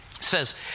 says